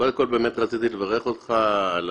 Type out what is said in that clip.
קודם כול, רציתי לברך אותך על